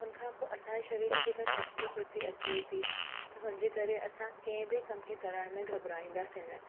हुनखां पोइ असांजे शरीर में जेका चुस्ती फुर्ती अचे थी त हुनजे करे असां कंहिं बि कम खे करण में घबराईंदासीं न